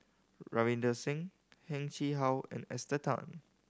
Ravinder Singh Heng Chee How and Esther Tan